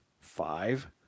five